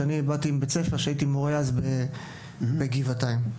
כשאני הייתי מורה בגבעתיים.